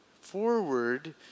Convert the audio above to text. forward